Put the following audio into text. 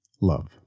Love